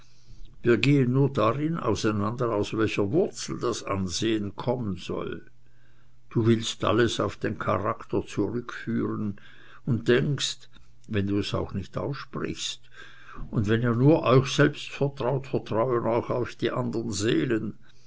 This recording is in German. wir gehen nur darin auseinander aus welcher wurzel das ansehen kommen soll du willst alles auf den charakter zurückführen und denkst wenn du es auch nicht aussprichst und wenn ihr euch nur selbst vertraut vertrauen euch auch die anderen seelen